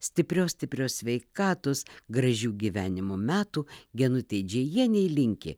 stiprios stiprios sveikatos gražių gyvenimo metų genutei džiajienei linki